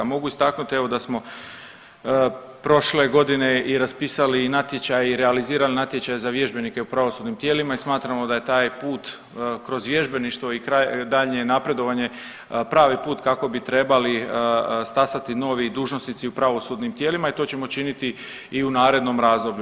Mogu istaknut evo da smo prošle godine i raspisali natječaj i realizirali natječaj za vježbenike u pravosudnim tijelima i smatramo da je taj put kroz vježbeništvo i daljnje napredovanje pravi put kako bi trebali stasati novi dužnosnici u pravosudnim tijelima i to ćemo činiti i u narednom razdoblju.